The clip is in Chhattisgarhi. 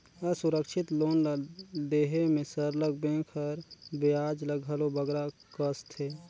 असुरक्छित लोन ल देहे में सरलग बेंक हर बियाज ल घलो बगरा कसथे